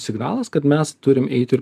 signalas kad mes turim eit ir